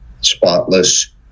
spotless